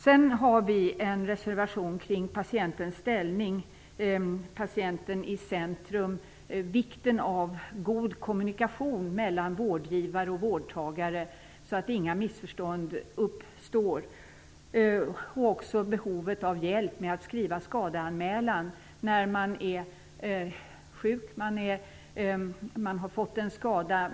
Vi har skrivit en reservation om patientens ställning, att patienten skall vara i centrum och att det är viktigt med god kommunikation mellan vårdgivare och vårdtagare, så att inga missförstånd uppstår. Vi har även tagit upp behovet av hjälp med att skriva skadeanmälan när man är sjuk och har fått en skada.